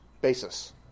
basis